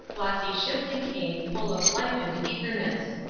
flossy shipley, came, full of life and eagerness.